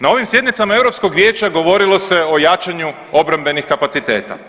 Na ovim sjednicama Europskog vijeća govorilo se o jačanju obrambenih kapaciteta.